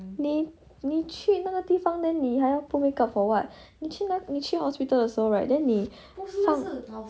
你你去那个地方 then 你还要 put makeup for what 你去那你去 hospital 的时候你放